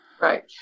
Right